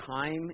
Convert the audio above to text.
time